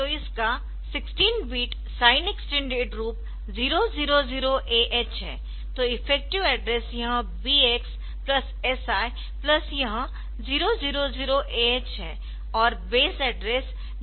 तो इसका 16 bit signed extended रूप 000AH है तो इफेक्टिव एड्रेस यह BX प्लस SI प्लस यह 000AH है और बेस एड्रेस DS गुणा 16 है